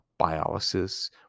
biolysis